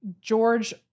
George